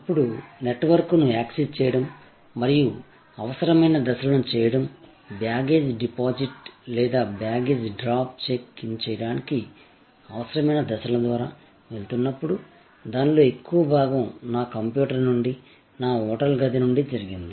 ఇప్పుడు నెట్వర్క్ను యాక్సెస్ చేయడం మరియు అవసరమైన దశలను చేయడం బ్యాగేజ్ డిపాజిట్ లేదా బ్యాగేజ్ డ్రాప్ చెక్ ఇన్ చేయడానికి అవసరమైన దశల ద్వారా వెళుతున్నప్పుడు దానిలో ఎక్కువ భాగం నా కంప్యూటర్ నుండి నా హోటల్ గది నుండి జరిగింది